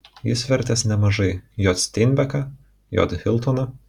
jis vertęs nemažai j steinbeką j hiltoną